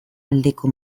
aldeko